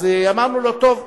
אז אמרנו לו: טוב,